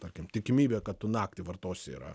tarkim tikimybė kad tu naktį vartosi yra